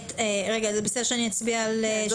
האם זה בסדר שאני אצביע על שלושתם?